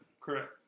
Correct